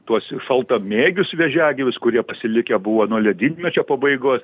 tuos šaltamėgius vėžiagyvius kurie pasilikę buvo nuo ledynmečio pabaigos